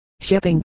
Shipping